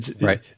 Right